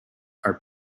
are